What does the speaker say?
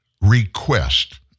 request